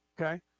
Okay